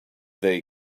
they